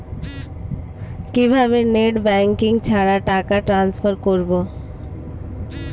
কিভাবে net banking ছাড়া টাকা টান্সফার করব?